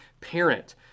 parent